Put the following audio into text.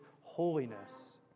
holiness